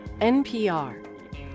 NPR